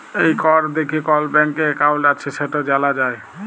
এই কড দ্যাইখে কল ব্যাংকে একাউল্ট আছে সেট জালা যায়